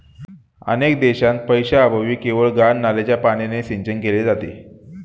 अनेक देशांत पैशाअभावी केवळ घाण नाल्याच्या पाण्याने सिंचन केले जाते